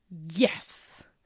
Yes